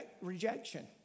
rejection